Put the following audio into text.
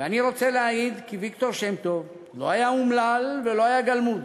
ואני רוצה להעיד כי ויקטור שם-טוב לא היה אומלל ולא היה גלמוד,